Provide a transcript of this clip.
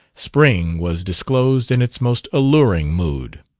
spring was disclosed in its most alluring mood.